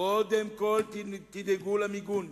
קודם כול תדאגו למיגון.